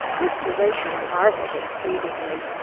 mr. latham marveled exceedingly.